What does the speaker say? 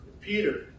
Peter